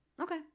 Okay